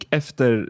efter